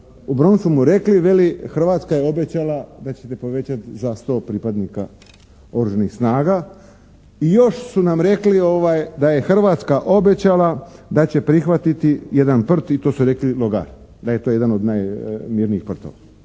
Bronsumu rekli, veli Hrvatska je obećala da ćete povećati za 100 pripadnika oružanih snaga i još su nam rekli da je Hrvatska obećala da će prihvatiti jedan prt i to su rekli Logar, da je to jedan od najmirnijih kvartova.